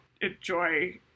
enjoy